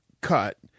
cut